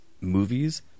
movies